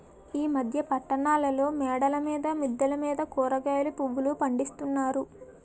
ఈ మధ్య పట్టణాల్లో మేడల మీద మిద్దెల మీద కూరగాయలు పువ్వులు పండిస్తున్నారు